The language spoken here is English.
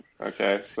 Okay